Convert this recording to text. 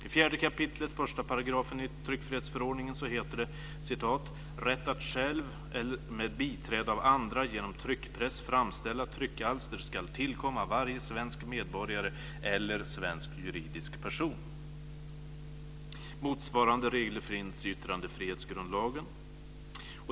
I 4 kap. 1 § tryckfrihetsförordningen heter det: "Rätt att själv eller med biträde av andra genom tryckpress framställa tryckalster skall tillkomma varje svensk medborgare eller svensk juridisk person." Motsvarande regler finns i yttrandefrihetsgrundlagen.